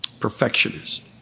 Perfectionist